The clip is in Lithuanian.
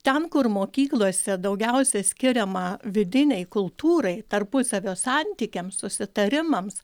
ten kur mokyklose daugiausia skiriama vidinei kultūrai tarpusavio santykiams susitarimams